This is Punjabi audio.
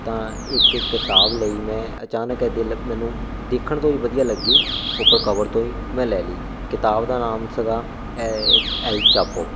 ਤਾਂ ਇੱਕ ਕਿਤਾਬ ਲਈ ਮੈਂ ਅਚਾਨਕ ਏ ਦਿਲ ਮੈਨੂੰ ਦੇਖਣ ਤੋਂ ਹੀ ਵਧੀਆ ਲੱਗੀ ਉੱਪਰ ਕਵਰ ਤੋਂ ਹੀ ਮੈਂ ਲੈ ਲਈ ਕਿਤਾਬ ਦਾ ਨਾਮ ਸੀਗਾ ਐਲਚਾਪੋ